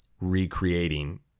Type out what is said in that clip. recreating